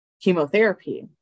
chemotherapy